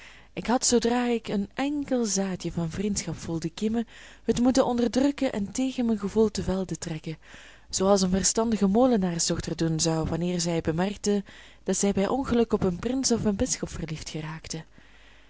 ik had zoodra ik een enkel zaadje van vriendschap voelde kiemen het moeten onderdrukken en tegen mijn gevoel te velde trekken zoo als een verstandige molenaarsdochter doen zou wanneer zij bemerkte dat zij bij ongeluk op een prins of een bisschop verliefd geraakte